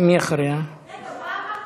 איזה שובב.